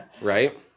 Right